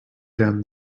down